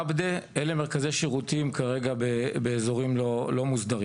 עבדה, אלה מרכזי שירותים כרגע באזורים לא מוסדרים.